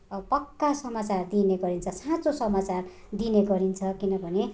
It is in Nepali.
अब पक्का समाचार दिने गरिन्छ साँचो समाचार दिने गरिन्छ किनभने